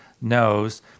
knows